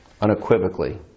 unequivocally